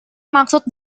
maksud